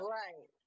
right